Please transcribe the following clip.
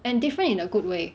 and different in a good way